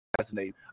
fascinating